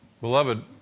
Beloved